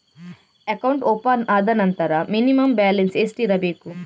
Account open ಆದ ನಂತರ minimum balance ಎಷ್ಟಿರಬೇಕು?